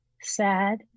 sad